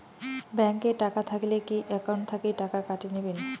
Bank এ টাকা থাকিলে কি একাউন্ট থাকি টাকা কাটি নিবেন?